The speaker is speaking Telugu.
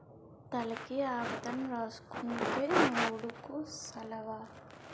తలకి ఆవదం రాసుకుంతే మాడుకు సలవ